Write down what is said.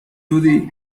judy